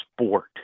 sport